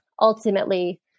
ultimately